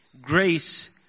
grace